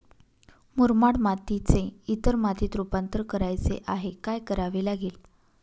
मुरमाड मातीचे इतर मातीत रुपांतर करायचे आहे, काय करावे लागेल?